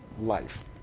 life